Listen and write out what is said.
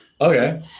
Okay